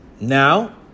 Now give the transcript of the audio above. now